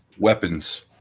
Weapons